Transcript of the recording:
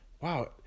wow